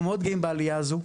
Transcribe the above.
אנחנו מאוד גאים בעלייה הזו,